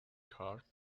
car